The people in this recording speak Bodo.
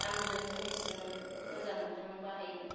दामजों जिनिसजों मोजां मोनदों आं बाहायनो